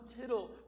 tittle